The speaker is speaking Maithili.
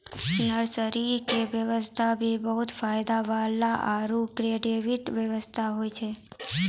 नर्सरी के व्यवसाय भी बहुत फायदा वाला आरो क्रियेटिव व्यवसाय होय छै